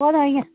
போதும் வைங்க